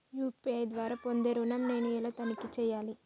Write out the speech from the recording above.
UPI ద్వారా పొందే ఋణం నేను ఎలా తనిఖీ చేయాలి?